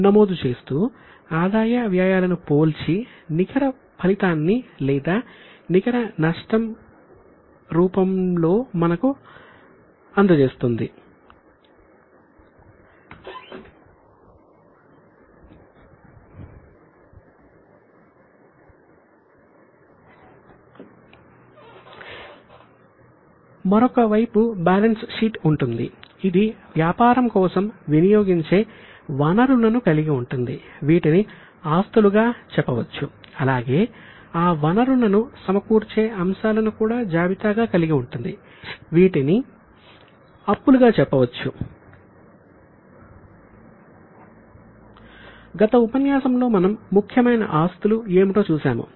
గత ఉపన్యాసం లో మనం ముఖ్యమైన ఆస్తులు ఏమిటో చూశాము